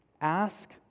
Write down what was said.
Ask